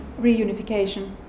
reunification